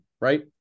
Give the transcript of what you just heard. right